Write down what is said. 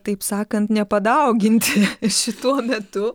taip sakant nepadauginti šituo metu